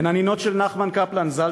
הן הנינות של נחמן קפלן ז"ל,